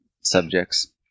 subjects